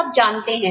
सब यह जानते हैं